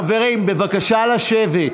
חברים, בבקשה לשבת.